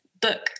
book